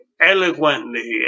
eloquently